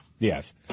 Yes